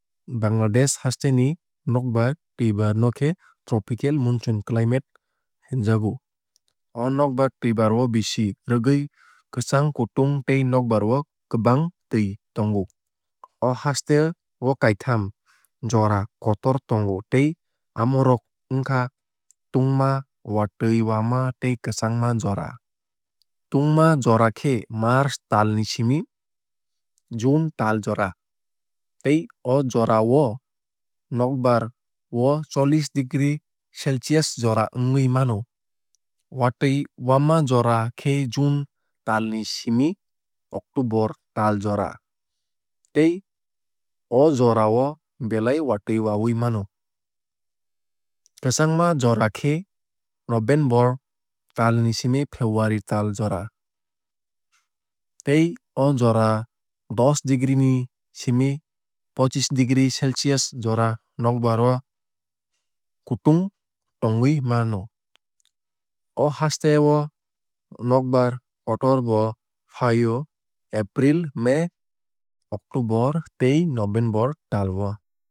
Bangladesh haste ni nokbar twuibar no khe tropical monsoon climate hinjago. O nokbar twuibar o bisi rwgwui kwchang kutung tei nokbar o kwbang twui tongo. O haste o kaitham jora kotor tongo tei amorok wngkha tungma watui wama tei kwchangma jora. Tungma jora khe march tal ni simi june tal jora tei o jara o nokbar o chollish degree celcius jora wngwui mano. Watui wama jora khe june tal ni simi october tal jora tei o jorao belai watui wawui mano. Kwchangma jora khe november tal ni simi february tal jora tei o jorao dos degree ni simi pochish degree celcius jora nokbar o kutung tongwui mano. O haste o nokbar kotor bo fai o april may october tei november tal o.